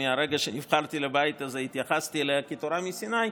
מהרגע שנבחרתי לבית הזה התייחסתי אליה כתורה מסיני,